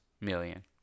million